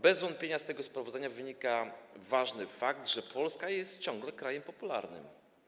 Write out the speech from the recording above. Bez wątpienia z tego sprawozdania wynika ważny fakt, że Polska jest ciągle krajem popularnym.